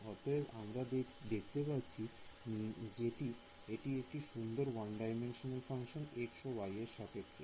অতএব আমরা দেখতে পাচ্ছি যেটি একটি সুন্দর 1D ফাংশন x ও y এর সাপেক্ষে